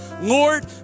lord